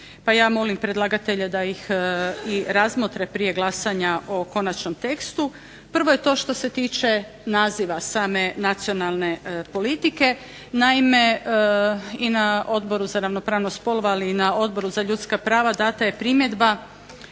pa ja molim predlagatelja da ih i razmotre prije glasanja o konačnom tekstu. Prvo je to što se tiče naziva same nacionalne politike. Naime, i na Odboru za ravnopravnost spolova, ali i na Odboru za ljudska prava dana je primjedba